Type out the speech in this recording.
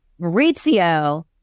Maurizio